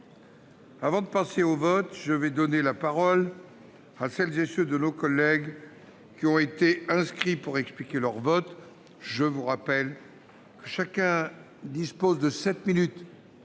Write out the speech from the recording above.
Avant de passer au vote, je vais donner la parole à celles et ceux de nos collègues qui ont été inscrits pour expliquer leur vote. Le temps de parole imparti est de sept minutes